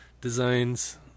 designs